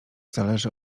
zależy